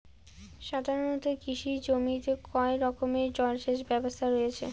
সাধারণত কৃষি জমিতে কয় রকমের জল সেচ ব্যবস্থা রয়েছে?